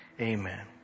Amen